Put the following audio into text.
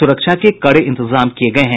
सुरक्षा के कड़े इंतजाम किये गये हैं